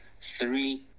three